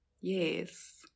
Yes